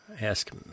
ask